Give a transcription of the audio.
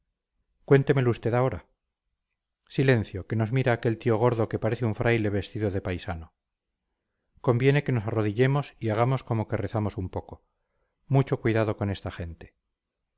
cuéntemelo usted ahora silencio que nos mira aquel tío gordo que parece un fraile vestido de paisano conviene que nos arrodillemos y hagamos como que rezamos un poco mucho cuidado con esta gente